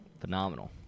Phenomenal